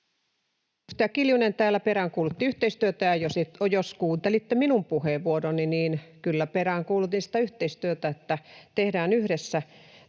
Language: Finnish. täällä peräänkuulutti yhteistyötä, ja jos kuuntelitte minun puheenvuoroni, niin kyllä peräänkuulutin sitä yhteistyötä, että tehdään yhdessä